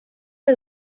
are